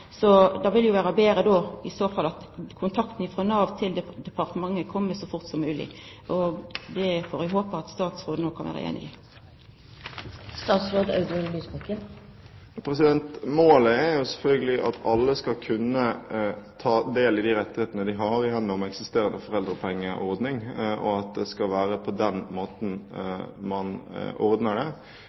Det vil jo vera betre i så fall at kontakten frå Nav til departementet kjem så fort som mogleg. Det får eg håpa at statsråden òg kan vera einig i. Målet er selvfølgelig at alle skal kunne ta del i de rettighetene de har i henhold til eksisterende foreldrepengeordning, og at det skal være på den måten man ordner det.